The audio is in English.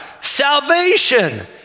salvation